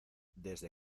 desde